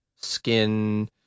skin